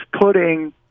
putting